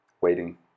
waiting